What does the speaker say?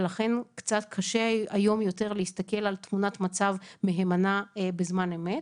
ולכן קצת קשה היום יותר להסתכל על תמונת מצב מהימנה בזמן אמת.